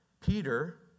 Peter